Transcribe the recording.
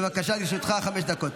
בבקשה, לרשותך חמש דקות.